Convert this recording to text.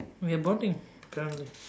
we're bonding apparently